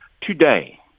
Today